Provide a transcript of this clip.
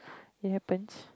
it happens